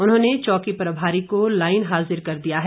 उन्होंने चौकी प्रभारी को लाईन हाजिर कर दिया है